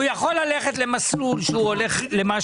הוא יכול ללכת למסלול שהצעתם,